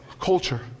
culture